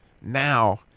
Now